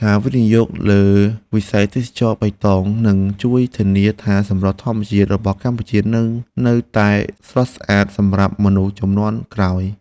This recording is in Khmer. ការវិនិយោគលើវិស័យទេសចរណ៍បៃតង នឹងជួយធានាថាសម្រស់ធម្មជាតិរបស់កម្ពុជានឹងនៅតែស្រស់ស្អាតសម្រាប់មនុស្សជំនាន់ក្រោយ។